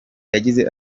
yagize